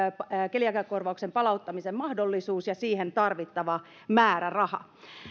keliakiakorvauksen palauttamisen mahdollisuus ja siihen tarvittava määräraha